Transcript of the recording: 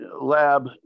lab